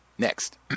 Next